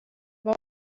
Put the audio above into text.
der